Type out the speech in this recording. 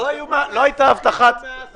אבל גבו מהאזרחים ומהעסקים.